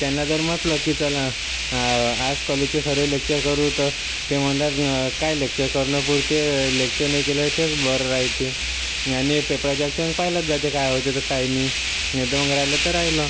त्यांना जर म्हटलं की चला आज कॉलेजचे सर्व लेक्चर करू तर ते म्हणतात काय लेक्चर करणं बुडते लेक्चर नाही केले तेच बरं रायते याने पेपराच्या वक्ती मग पाहायला जाते काय होते तर काय नाही नाहीतर मग राहिलं तर राहिलं